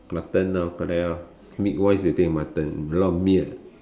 mutton lor correct lor meat wise you take mutton a lot of meat eh